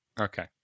Okay